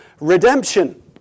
redemption